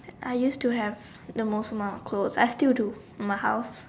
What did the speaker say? I used to have the most amount of clothes I still do in my house